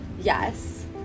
yes